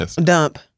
dump